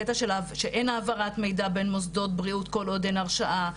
הקטע שאין העברת מידע בין מוסדות בריאות כל עוד אין הרשעה,